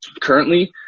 currently